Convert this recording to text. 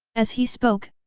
as he spoke,